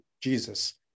Jesus